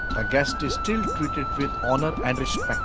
a guest is still treated with honor and